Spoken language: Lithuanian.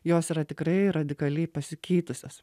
jos yra tikrai radikaliai pasikeitusios